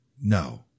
No